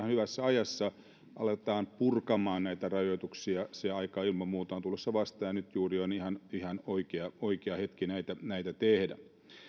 hyvässä ajassa aletaan purkamaan näitä rajoituksia se aika ilman muuta on tulossa vastaan ja nyt juuri on ihan oikea oikea hetki näitä näitä tehdä